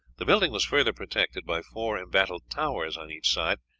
the building was further protected by four embattled towers on each side,